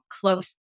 close